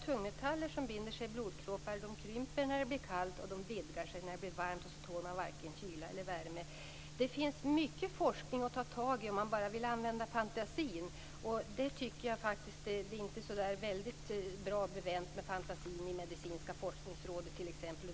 Tungmetaller som binder sig i blodkroppar krymper när det blir kallt och vidgar sig när det blir varmt. Därmed tål man varken kyla eller värme. Det finns mycket forskning att ta tag i. Det gäller bara att använda fantasin men jag tycker inte att det är särskilt bevänt med fantasin t.ex. i Medicinska forskningsrådet.